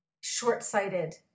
short-sighted